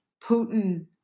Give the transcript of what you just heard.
Putin